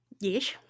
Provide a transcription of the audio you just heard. Yes